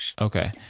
Okay